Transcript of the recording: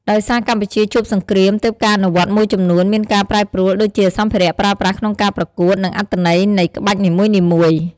ដោយសារកម្ពុជាជួបសង្គ្រាម ទើបការអនុវត្តមួយចំនួនមានការប្រែប្រួល ដូចជា សំភារៈប្រើប្រាស់ក្នុងការប្រកួត និងអត្ថន័យនៃក្បាច់នីមួយៗ។